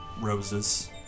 roses